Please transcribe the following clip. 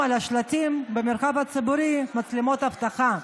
על השלטים במרחב הציבורי מצלמות אבטחה.